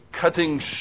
cutting